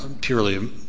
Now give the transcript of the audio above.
purely